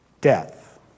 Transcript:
death